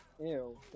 Ew